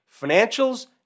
financials